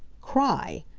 cry!